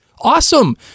awesome